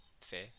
fair